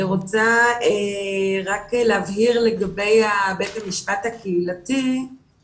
אנחנו רואים ש-52 אחוזים מסך העבירות של קטינים הן עבירות